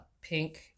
Pink